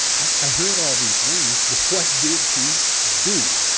i heard all these things, but what did he do?